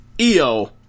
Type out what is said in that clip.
EO